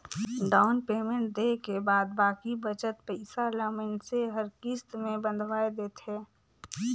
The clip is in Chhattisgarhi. डाउन पेमेंट देय के बाद बाकी बचत पइसा ल मइनसे हर किस्त में बंधवाए देथे